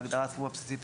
בהגדרה "הסכום הבסיסי",